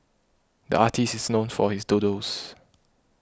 the artist is known for his doodles